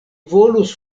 volus